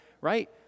right